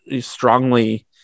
strongly